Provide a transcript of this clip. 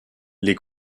les